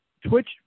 twitch